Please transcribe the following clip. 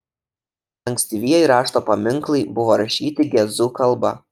ankstyvieji rašto paminklai buvo rašyti gezu kalba